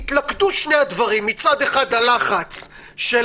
יתלכדו שני הדברים: מצד אחד, הלחץ של